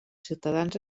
ciutadans